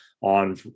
on